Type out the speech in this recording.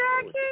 jackie